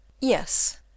Yes